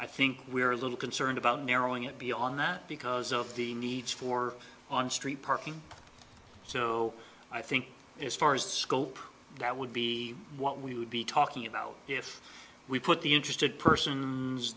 i think we are a little concerned about narrowing it beyond that because of the need for on street parking so i think it's far as scope that would be what we would be talking about if we put the interested person